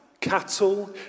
cattle